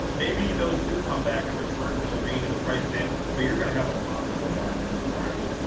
maybe those do come back, and the reversion of the mean is priced in. but you're going to have a monster margin requirement.